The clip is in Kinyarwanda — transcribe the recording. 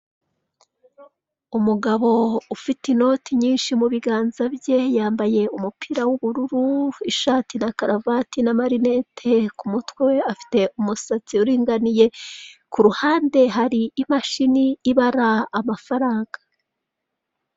Umugabo ufite inote nyinshi mu biganza bye yambaye umupira w'ubururu ishati na karavati n'amalinete, ku mutwe we afite umusatsi uringaniye, kuruhande hari imashini ibara amafaranga.